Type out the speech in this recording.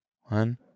One